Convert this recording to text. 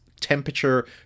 temperature